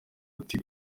ati